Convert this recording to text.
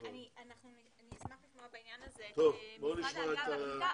אני אשמח להתייחס,